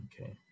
Okay